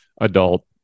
adult